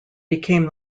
became